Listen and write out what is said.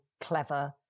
clever